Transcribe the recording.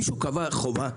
מישהו קבע חובה?